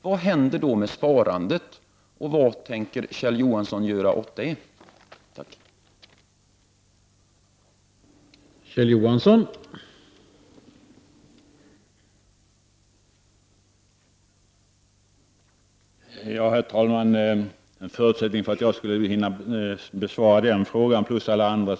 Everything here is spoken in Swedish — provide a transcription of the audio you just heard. Vad händer då med sparandet, och vad tänker Kjell Johansson göra åt den frågan?